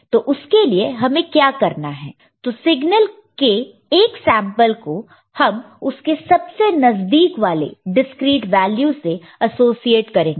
तो उसके लिए हमें क्या करना है तो सिग्नल के 1 सैंपल को हम उसके सबसे नजदीक वाले डिस्क्रीट वैल्यू से एसोसिएट करेंगे